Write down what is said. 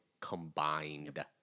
combined